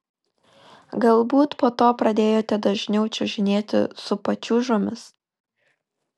galbūt po to pradėjote dažniau čiuožinėti su pačiūžomis